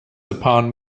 upon